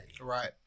Right